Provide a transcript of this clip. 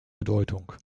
bedeutung